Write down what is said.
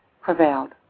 prevailed